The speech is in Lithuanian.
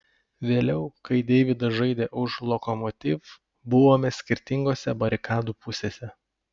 vėliau kai deividas žaidė už lokomotiv buvome skirtingose barikadų pusėse